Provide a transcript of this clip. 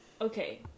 Okay